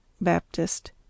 Baptist